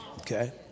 Okay